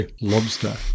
lobster